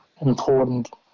important